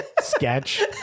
sketch